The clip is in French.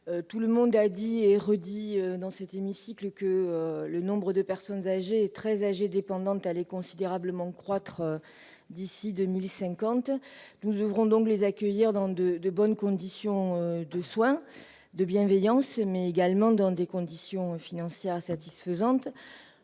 tout le monde l'a dit et redit dans cet hémicycle, le nombre de personnes âgées et très âgées dépendantes va considérablement croître d'ici à 2050. Nous devrons donc les accueillir dans de bonnes conditions de soins et de bienveillance, mais également dans des conditions financières satisfaisantes.